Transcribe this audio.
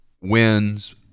wins